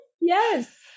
yes